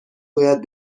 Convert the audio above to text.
باید